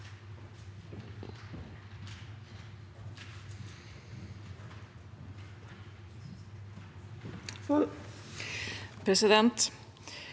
Presidenten